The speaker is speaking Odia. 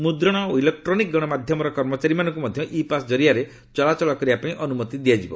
ମୁଦ୍ରଣ ଓ ଇଲେକ୍ରୋନିକ୍ ଗଣମାଧ୍ୟମର କର୍ମଚାରୀମାନଙ୍କୁ ଇ ପାସ୍ ଜରିଆରେ ଚଳାଚଳ କରିବା ପାଇଁ ଅନୁମତି ଦିଆଯିବ